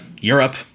Europe